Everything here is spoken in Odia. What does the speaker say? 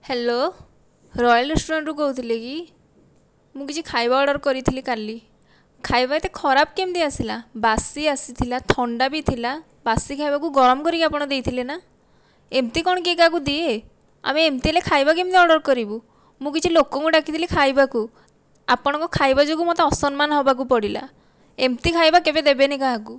ହ୍ୟାଲୋ ରୋୟାଲ୍ ରେଷ୍ଟୁରାଣ୍ଟ୍ରୁ କହୁଥିଲେ କି ମୁଁ କିଛି ଖାଇବା ଅର୍ଡ଼ର୍ କରିଥିଲି କାଲି ଖାଇବା ଏତେ ଖରାପ କେମିତି ଆସିଲା ବାସି ଆସିଥିଲା ଥଣ୍ଡା ବି ଥିଲା ବାସି ଖାଇବାକୁ ଗରମ କରିକି ଆପଣ ଦେଇଥିଲେ ନା ଏମିତି କ'ଣ କିଏ କାହାକୁ ଦିଏ ଆମେ ଏମିତି ହେଲେ ଖାଇବା କେମିତି ଅର୍ଡ଼ର୍ କରିବୁ ମୁଁ କିଛି ଲୋକଙ୍କୁ ଡାକିଥିଲି ଖାଇବାକୁ ଆପଣଙ୍କ ଖାଇବା ଯୋଗୁଁ ମୋତେ ଅସମ୍ମାନ ହେବାକୁ ପଡ଼ିଲା ଏମିତି ଖାଇବା କେବେ ଦେବେନି କାହାକୁ